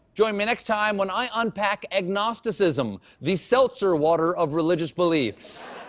join me next time when i unpack agnosticism the seltzer water of religious beliefs.